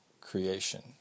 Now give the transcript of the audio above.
creation